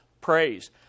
praise